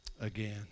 again